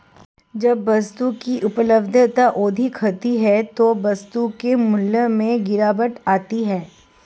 जब वस्तु की उपलब्धता अधिक होती है तो वस्तु के मूल्य में गिरावट आती है